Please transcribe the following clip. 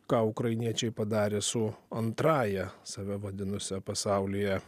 ką ukrainiečiai padarė su antrąja save vadinusio pasaulyje